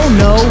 no